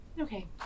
Okay